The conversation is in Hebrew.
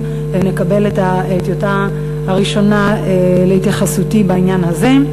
נקבל את הטיוטה הראשונה להתייחסותי בעניין הזה.